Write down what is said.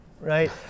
right